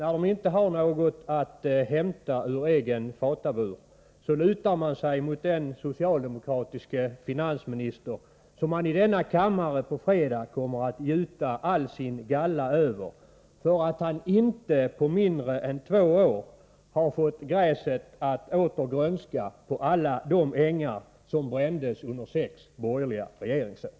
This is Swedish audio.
När de inte har något att hämta ur egen fatabur, lutar de sig mot den socialdemokratiske finansminister som de på fredag kommer att gjuta all sin galla över i denna kammare, därför att han inte under de knappt två år som gått har fått gräset att åter grönska på alla de ängar som brändes under sex borgerliga regeringsår.